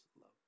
love